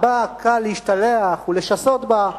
בה קל להשתלח ולשסות בה.